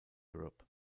europe